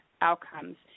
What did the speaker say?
outcomes